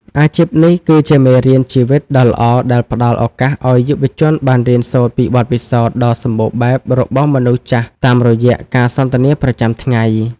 អាជីពនេះគឺជាមេរៀនជីវិតដ៏ល្អដែលផ្តល់ឱកាសឱ្យយុវជនបានរៀនសូត្រពីបទពិសោធន៍ដ៏សម្បូរបែបរបស់មនុស្សចាស់តាមរយៈការសន្ទនាប្រចាំថ្ងៃ។